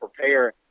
prepare